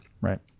Right